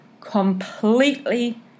completely